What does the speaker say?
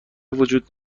وجود